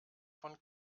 von